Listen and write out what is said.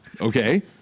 Okay